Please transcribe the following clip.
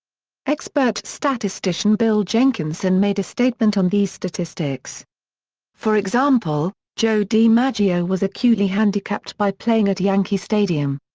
expert statistician bill jenkinson made a statement on these statistics for example, joe dimaggio was acutely handicapped by playing at yankee stadium.